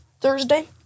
Thursday